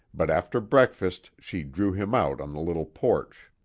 but after breakfast she drew him out on the little porch.